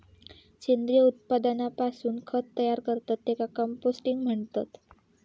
सेंद्रिय उत्पादनापासून खत तयार करतत त्येका कंपोस्टिंग म्हणतत